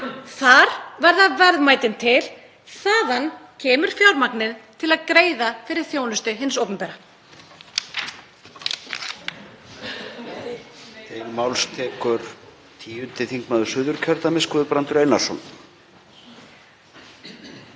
Þar verða verðmætin til. Þaðan kemur fjármagnið til að greiða fyrir þjónustu hins opinbera.